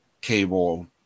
cable